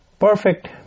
Perfect